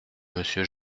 monsieur